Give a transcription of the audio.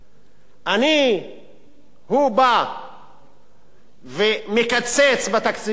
הוא בא ומקצץ בתקציבים החברתיים,